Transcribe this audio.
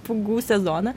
pūgų sezoną